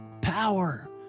power